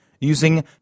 using